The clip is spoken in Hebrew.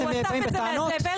הוא אסף את זה מהזבל.